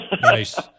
Nice